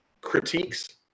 critiques